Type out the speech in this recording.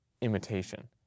imitation